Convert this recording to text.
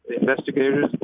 investigators